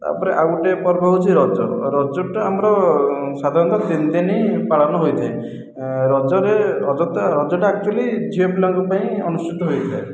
ତା'ପରେ ଆଉ ଗୋଟିଏ ପର୍ବ ହେଉଛି ରଜ ରଜଟା ଆମର ସାଧାରଣତଃ ତିନି ଦିନ ପାଳନ ହୋଇଥାଏ ରଜରେ ରଜ ତ ରଜଟା ଆକ୍ଚୁୟାଲି ଝିଅ ପିଲାଙ୍କ ପାଇଁ ଅନୁଷ୍ଠିତ ହୋଇଥାଏ